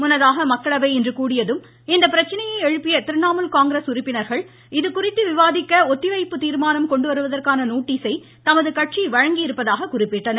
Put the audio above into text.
முன்னதாக மக்களவை இன்று கூடியதும் இப்பிரச்சினையை எழுப்பிய திரிணாமுல் காங்கிரஸ் உறுப்பினர்கள் இதுகுறித்து விவாதிக்க ஒத்திவைப்பு தீர்மானம் கொண்டுவருவதற்கான நோட்டீஸை தமது கட்சி வழங்கியிருப்பதாக குறிப்பிட்டனர்